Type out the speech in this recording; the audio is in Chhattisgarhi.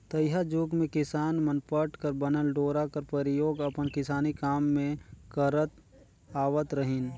तइहा जुग मे किसान मन पट कर बनल डोरा कर परियोग अपन किसानी काम मे करत आवत रहिन